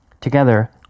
Together